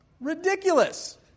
ridiculous